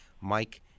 Mike